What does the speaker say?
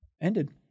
ended